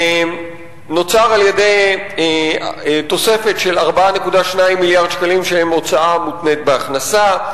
נוצר על-ידי תוספת של 4.2 מיליארד שקלים שהם הוצאה מותנית בהכנסה,